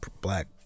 black